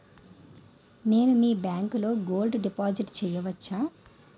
నేను మీ బ్యాంకులో గోల్డ్ డిపాజిట్ చేయవచ్చా?